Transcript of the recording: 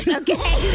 okay